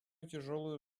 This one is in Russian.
тяжелую